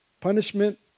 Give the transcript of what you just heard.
punishment